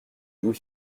louis